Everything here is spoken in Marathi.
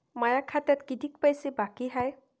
माया खात्यात कितीक पैसे बाकी हाय?